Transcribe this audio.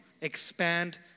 expand